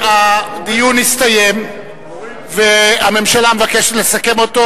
הדיון הסתיים והממשלה מבקשת לסכם אותו.